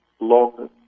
long